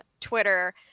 Twitter